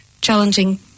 challenging